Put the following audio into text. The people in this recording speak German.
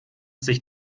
sich